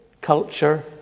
culture